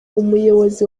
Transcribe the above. umuyobozi